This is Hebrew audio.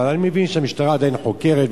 אבל אני מבין שהמשטרה עדיין חוקרת,